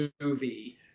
movie